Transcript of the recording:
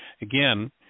again